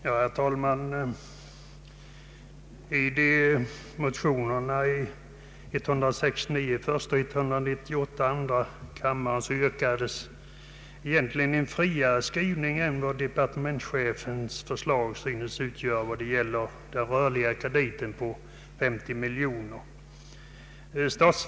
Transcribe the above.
Herr talman! I motionerna I: 169 och II: 198 yrkas en friare skrivning jämfört med departementschefens när det gäller den rörliga krediten på föreslagna 50 miljoner kronor.